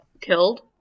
killed